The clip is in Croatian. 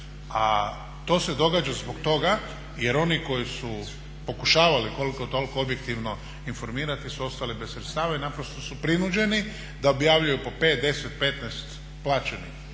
A to se događa zbog toga jer oni koji su pokušavali koliko toliko objektivno informirati su ostali bez sredstava i prinuđeni su da objavljuju po 5, 10, 15 plaćenih